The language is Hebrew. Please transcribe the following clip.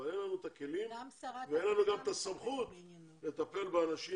אבל אין לנו את הכלים ואין לנו גם את הסמכות אחד אחד,